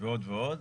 ועוד ועוד,